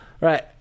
right